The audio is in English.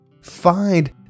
find